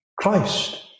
Christ